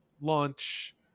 launch